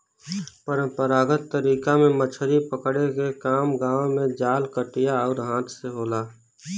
परंपरागत तरीका में मछरी पकड़े के काम गांव में जाल, कटिया आउर हाथ से होला